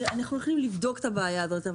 אנחנו יכולים לבדוק את הבעיה הזאת.